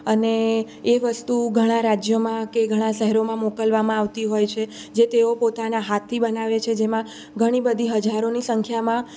અને એ વસ્તુ ઘણાં રાજ્યોમાં કે ઘણાં શહેરોમાં મોકલવામાં આવતી હોય છે જે તેઓ પોતાના હાથથી બનાવે છે જેમાં ઘણી બધી હજારોની સંખ્યામાં